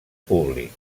públic